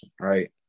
right